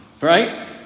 Right